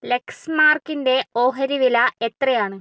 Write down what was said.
ലെക്സ്മാർക്കിൻ്റെ ഓഹരി വില എത്രയാണ്